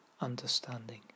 understanding